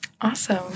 Awesome